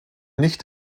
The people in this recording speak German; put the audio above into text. nicht